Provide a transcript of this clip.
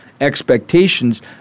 expectations